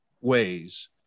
ways